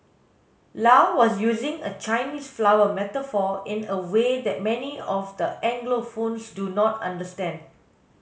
low was using a Chinese flower metaphor in a way that many of the Anglophones do not understand